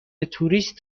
توریست